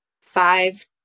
five